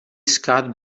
scott